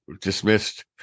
dismissed